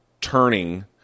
turning